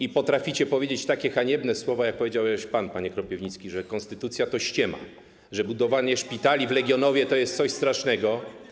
i potraficie powiedzieć takie haniebne słowa, jak pan powiedziałeś, panie Kropiwnicki, że konstytucja to ściema, że budowanie szpitali w Legionowie to jest coś strasznego.